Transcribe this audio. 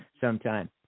sometime